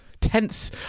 Tense